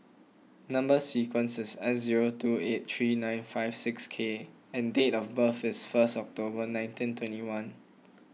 Number Sequence is S zero two eight three nine five six K and date of birth is first October nineteen twenty one